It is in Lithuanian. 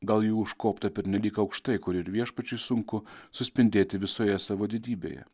gal jų užkopta pernelyg aukštai kur ir viešpačiui sunku suspindėti visoje savo didybėje